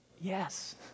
Yes